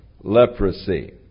leprosy